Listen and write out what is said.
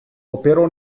operò